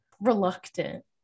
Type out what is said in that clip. reluctant